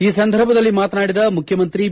ಈ ಸಂದರ್ಭದಲ್ಲಿ ಮಾತನಾಡಿದ ಮುಖ್ಯಮಂತ್ರಿ ಬಿ